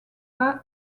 pas